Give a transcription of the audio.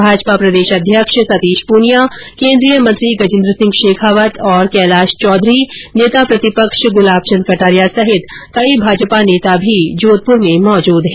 भाजपा प्रदेश अध्यक्ष सतीश पूनिया केन्द्रीय मंत्री गजेन्द्र सिंह शेखावत और कैलाश चौधरी नेता प्रतिपक्ष गुलाबचंद कटारिया सहित कई भाजपा नेता भी जोधपुर में मौजूद है